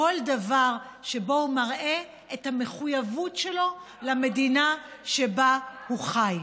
כל דבר שבו הוא מראה את המחויבות שלו למדינה שבה הוא חי.